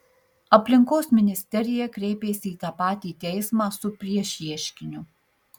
aplinkos ministerija kreipėsi į tą patį teismą su priešieškiniu